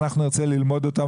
ואנחנו נרצה ללמוד אותן,